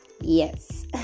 Yes